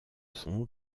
son